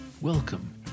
Welcome